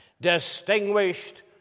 distinguished